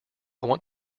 want